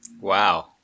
Wow